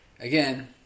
Again